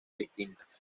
distintas